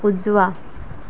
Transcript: उजवा